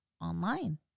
online